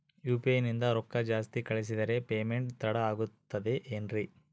UPI ನಿಂದ ರೊಕ್ಕ ಜಾಸ್ತಿ ಕಳಿಸಿದರೆ ಪೇಮೆಂಟ್ ತಡ ಆಗುತ್ತದೆ ಎನ್ರಿ?